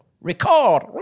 Record